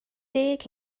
deg